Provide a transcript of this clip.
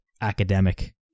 academic